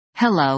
Hello